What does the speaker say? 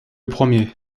premier